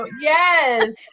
Yes